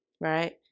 Right